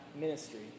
ministry